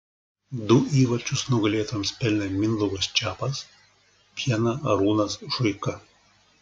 du įvarčius nugalėtojams pelnė mindaugas čepas vieną arūnas šuika